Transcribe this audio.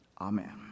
Amen